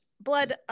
blood